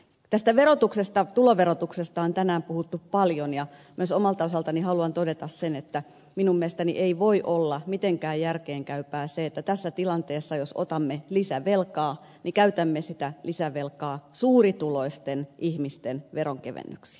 tästä verotuksesta tuloverotuksesta on tänään puhuttu paljon ja myös omalta osaltani haluan todeta sen että minun mielestäni ei voi olla mitenkään järkeenkäypää se että tässä tilanteessa jos otamme lisävelkaa käytämme sitä lisävelkaa suurituloisten ihmisten veronkevennyksiin